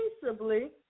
peaceably